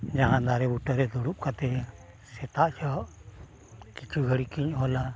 ᱡᱟᱦᱟᱸ ᱫᱟᱨᱮ ᱵᱩᱴᱟᱹ ᱨᱮ ᱫᱩᱲᱩᱵ ᱠᱟᱛᱮᱫ ᱥᱮᱛᱟᱜ ᱡᱚᱦᱚᱜ ᱠᱤᱪᱷᱩ ᱜᱷᱟᱹᱲᱤᱠ ᱤᱧ ᱚᱞᱟ